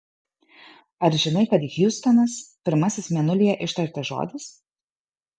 ar žinai kad hjustonas pirmasis mėnulyje ištartas žodis